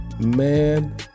Man